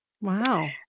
Wow